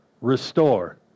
restore